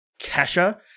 Kesha